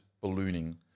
ballooning